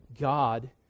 God